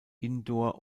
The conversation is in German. indoor